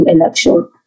election